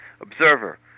observer